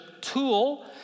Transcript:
tool